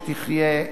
שתחיה,